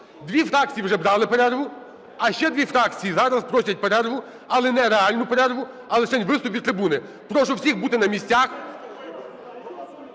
Дві фракції вже брали перерву, а ще дві фракції зараз просять перерву, але не реальну перерву, а лишень виступ від трибуни. Прошу всіх бути на місцях.